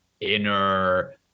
inner